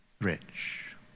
rich